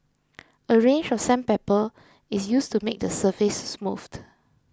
a range of sandpaper is used to make the surface smooth